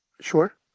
Sure